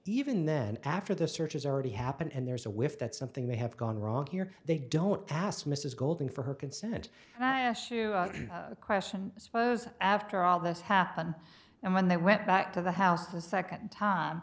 even then after the search has already happened and there's a whiff that something may have gone wrong here they don't ask mrs golden for her consent and i asked two question suppose after all this happened and when they went back to the house the second time